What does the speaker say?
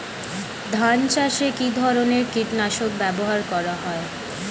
ধান চাষে কী ধরনের কীট নাশক ব্যাবহার করা হয়?